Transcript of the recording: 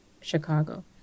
chicago